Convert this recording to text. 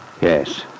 Yes